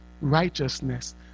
righteousness